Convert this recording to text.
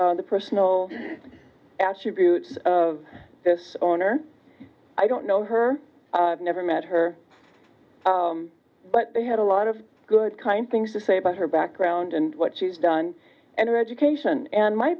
the personal ashley buttes of this on or i don't know her i never met her but they had a lot of good kind things to say about her background and what she's done and her education and my